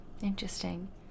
Interesting